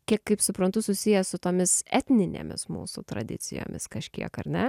kiek kaip suprantu susijęs su tomis etninėmis mūsų tradicijomis kažkiek ar ne